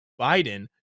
Biden